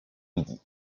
midi